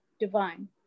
divine